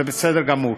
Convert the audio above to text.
זה בסדר גמור.